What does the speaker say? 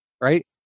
right